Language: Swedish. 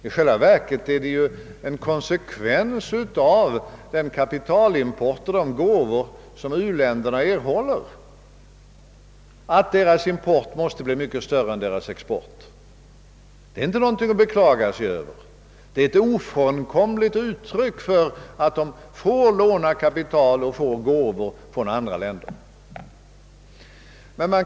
I själva verket är det en konsekvens av kapitalimporten och av de gåvor uländerna erhåller att deras import måste bli mycket större än deras export. Det är ingenting att beklaga sig över. Det är en ofrånkomlig följd av att uländerna får låna kapital och får gåvor från andra länder. F. n.